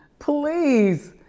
please,